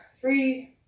Three